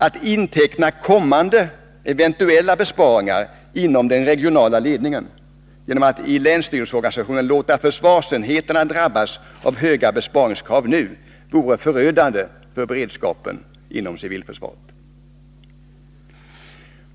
Att inteckna kommande eventuella besparingar inom den regionala ledningen genom att i länsstyrelseorganisationen låta försvarsenheterna drabbas av höga besparingskrav nu vore förödande för beredskapen inom civilförsvaret.